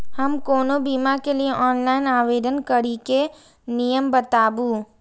हम कोनो बीमा के लिए ऑनलाइन आवेदन करीके नियम बाताबू?